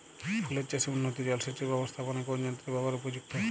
ফুলের চাষে উন্নত জলসেচ এর ব্যাবস্থাপনায় কোন যন্ত্রের ব্যবহার উপযুক্ত?